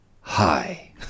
Hi